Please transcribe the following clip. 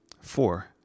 Four